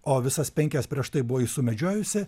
o visas penkias prieš tai buvai sumedžiojusi